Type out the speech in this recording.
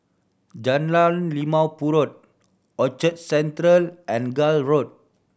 Jalan Limau Purut Orchard Central and Gul Road